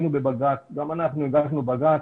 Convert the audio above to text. אנחנו הגשנו בג"ץ,